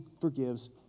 forgives